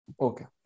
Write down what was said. Okay